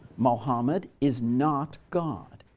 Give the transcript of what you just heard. mohammed is not god.